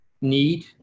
need